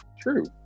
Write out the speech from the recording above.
true